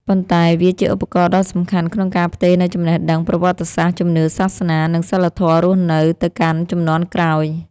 ប៉ុន្តែវាជាឧបករណ៍ដ៏សំខាន់ក្នុងការផ្ទេរនូវចំណេះដឹង ប្រវត្តិសាស្ត្រ ជំនឿសាសនា និងសីលធម៌រស់នៅទៅកាន់ជំនាន់ក្រោយ។